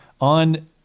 on